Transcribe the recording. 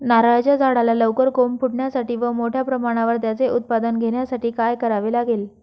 नारळाच्या झाडाला लवकर कोंब फुटण्यासाठी व मोठ्या प्रमाणावर त्याचे उत्पादन घेण्यासाठी काय करावे लागेल?